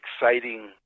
exciting